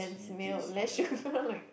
tea please yeah